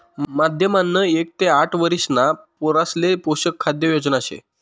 माध्यम अन्न एक ते आठ वरिषणा पोरासले पोषक खाद्य योजना शे